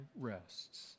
rests